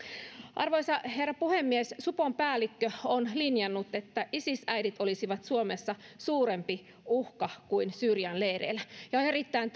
arvoisa herra puhemies supon päällikkö on linjannut että isis äidit olisivat suomessa suurempi uhka kuin syyrian leireillä ja on erittäin